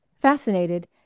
Fascinated